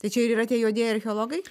tai čia ir yra tie juodieji archeologai